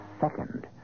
second